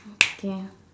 okay